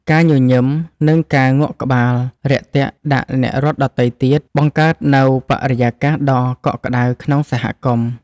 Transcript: ការញញឹម និងការងក់ក្បាលរាក់ទាក់ដាក់អ្នករត់ដទៃទៀត បង្កើតនូវបរិយាកាសដ៏កក់ក្ដៅក្នុងសហគមន៍។